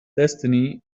destiny